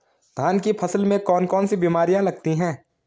धान की फसल में कौन कौन सी बीमारियां लगती हैं?